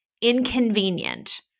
Inconvenient